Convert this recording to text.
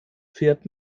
fährt